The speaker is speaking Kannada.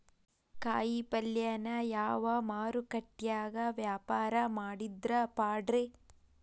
ಕಾಯಿಪಲ್ಯನ ಯಾವ ಮಾರುಕಟ್ಯಾಗ ವ್ಯಾಪಾರ ಮಾಡಿದ್ರ ಪಾಡ್ರೇ?